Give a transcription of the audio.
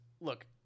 look